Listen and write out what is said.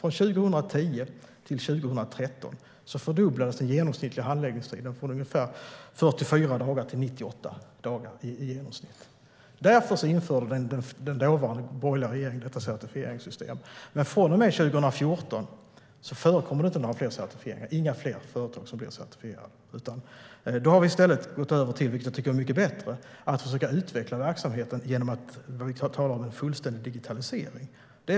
2010 till 2013 fördubblades den genomsnittliga handläggningstiden från ungefär 44 dagar till 98 dagar. Därför införde den dåvarande borgerliga regeringen detta certifieringssystem. Från och med 2014 sker det inga fler certifieringar av företag. I stället har vi gått över till att försöka utveckla verksamheten genom fullständig digitalisering.